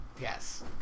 Yes